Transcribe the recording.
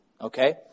Okay